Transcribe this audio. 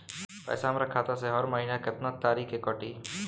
पैसा हमरा खाता से हर महीना केतना तारीक के कटी?